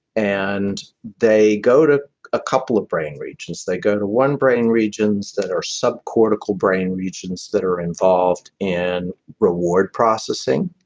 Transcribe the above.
and they go to a couple of brain regions. they go to one brain regions that are sub-cortical brain regions that are involved in reward processing,